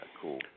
cool